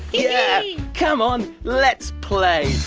yeah! come on, let's play.